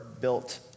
built